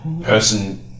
person